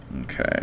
Okay